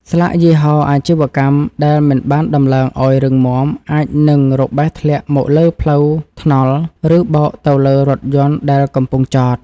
ស្លាកយីហោអាជីវកម្មដែលមិនបានដំឡើងឱ្យរឹងមាំអាចនឹងរបេះធ្លាក់មកលើផ្លូវថ្នល់ ឬបោកទៅលើរថយន្តដែលកំពុងចត។